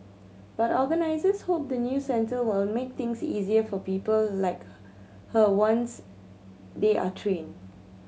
but organisers hope the new centre will make things easier for people like her once they are trained